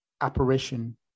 apparition